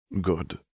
good